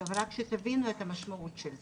רק שתבינו את המשמעות של זה,